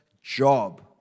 job